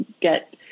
get